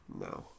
No